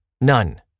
none